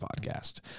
podcast